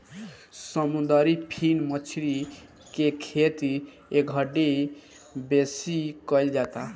समुंदरी फिन मछरी के खेती एघड़ी बेसी कईल जाता